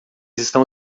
estão